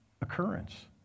occurrence